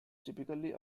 typically